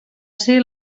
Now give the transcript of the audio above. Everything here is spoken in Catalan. ser